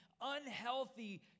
Unhealthy